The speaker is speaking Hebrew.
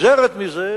נגזרת מזה,